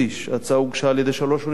ההצעה הוגשה על-ידי שלוש אוניברסיטאות: